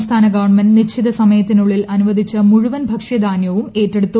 സംസ്ഥാന ഗവൺമെന്റ് നിശ്ചിതസമയത്തിനുള്ളിൽ അനുവദിച്ച മുഴുവൻ ഭക്ഷ്യധാനൃവും ഏറ്റെടുത്തു